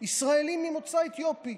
ישראלים ממוצא אתיופי,